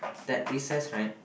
that recess right